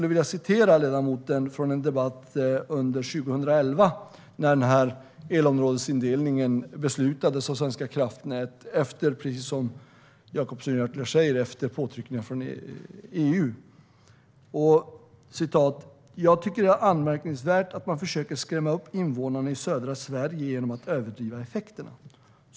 Jag vill citera ledamoten från en debatt under 2011 när elområdesindelningen beslutades av Svenska kraftnät efter - precis som Jonas Jacobsson Gjörtler säger - påtryckningar från EU. "Jag tycker att det är anmärkningsvärt att man försöker skrämma upp invånarna i södra Sverige genom att överdriva effekterna."